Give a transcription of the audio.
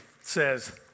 says